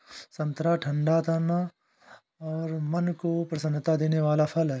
संतरा ठंडा तन और मन को प्रसन्नता देने वाला फल है